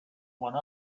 one